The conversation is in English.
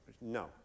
No